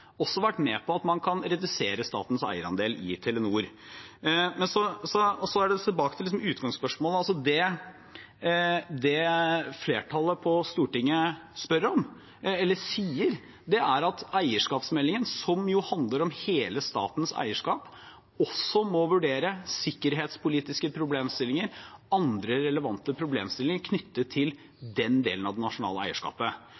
også vært med på at man kan redusere statens eierandel i Telenor. Tilbake til utgangsspørsmålet: Det flertallet på Stortinget sier, er at eierskapsmeldingen, som handler om hele statens eierskap, også må vurdere sikkerhetspolitiske problemstillinger, andre relevante problemstillinger knyttet til den delen av det nasjonale eierskapet.